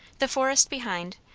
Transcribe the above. the forest behind,